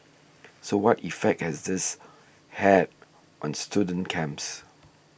so what effect has this had on student camps